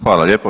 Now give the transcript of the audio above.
Hvala lijepo.